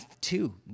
two